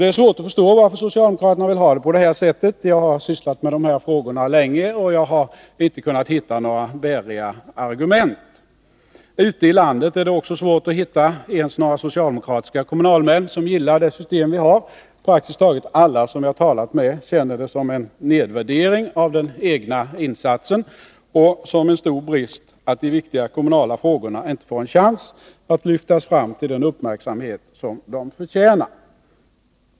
Det är svårt att förstå varför socialdemokraterna vill ha det på detta sätt. Jag har sysslat länge med dessa frågor och har inte kunnat hitta några argument. Ute i landet är det också svårt att hitta ens några socialdemokratiska kommunalmän som gillar det system vi har. Praktiskt taget alla som jag har talat med känner det som en nedvärdering av den egna insatsen och som en stor brist att de viktiga kommunala frågorna inte får en chans att lyftas fram till den uppmärksamhet som de förtjänar.